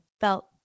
felt